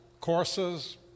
courses